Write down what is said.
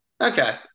Okay